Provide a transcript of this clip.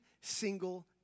single